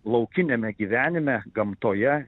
laukiniame gyvenime gamtoje